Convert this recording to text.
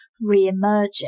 re-emerging